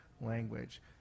language